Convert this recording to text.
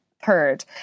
Heard